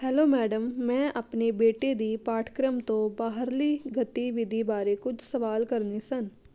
hello madam ਮੈਂ ਆਪਣੇ ਬੇਟੇ ਦੀ ਪਾਠਕ੍ਰਮ ਤੋਂ ਬਾਹਰਲੀ ਗਤੀਵਿਧੀ ਬਾਰੇ ਕੁਝ ਸਵਾਲ ਕਰਨੇ ਸਨ